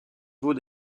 vaut